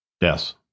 Yes